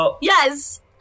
yes